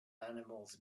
animals